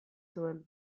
zuen